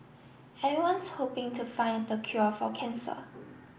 everyone's hoping to find the cure for cancer